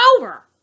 over